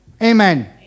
Amen